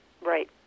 right